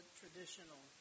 traditional